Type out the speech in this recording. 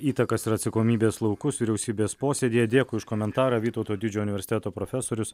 įtakas ir atsakomybės laukus vyriausybės posėdyje dėkui už komentarą vytauto didžiojo universiteto profesorius